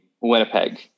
Winnipeg